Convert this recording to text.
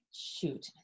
Shoot